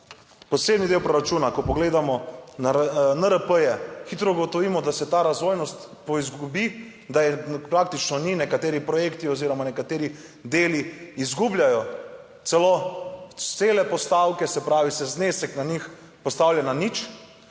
posebni del proračuna, ko pogledamo na NRP, hitro ugotovimo, da se ta razvojnost poizgubi, da je praktično ni. Nekateri projekti oziroma nekateri deli izgubljajo celo cele postavke, se pravi se znesek na njih postavlja na nič.